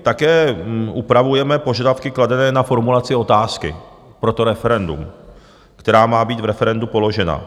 Také upravujeme požadavky kladené na formulaci otázky pro referendum, která má být v referendu položena.